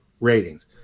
ratings